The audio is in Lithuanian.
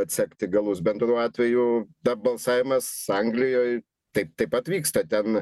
atsekti galus bendru atveju na balsavimas anglijoj taip taip pat vyksta ten